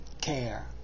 care